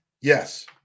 Yes